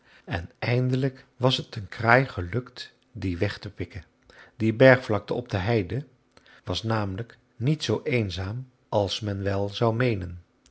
en eindelijk was het een kraai gelukt dien weg te pikken die bergvlakte op de heide was namelijk niet zoo eenzaam als men wel zou meenen